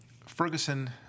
Ferguson